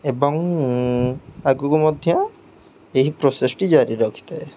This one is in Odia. ଏବଂ ଆଗକୁ ମଧ୍ୟ ଏହି ପ୍ରୋସେସ୍ଟି ଜାରି ରଖିଥାଏ